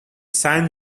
san